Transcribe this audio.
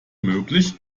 möglich